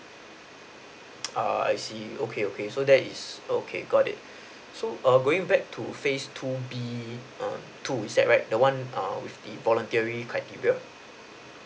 uh I see okay okay so that is okay got it so um going back to phase two B mm two is that right the one err with the voluntary criteria